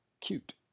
cute